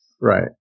Right